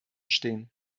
stehen